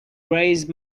raise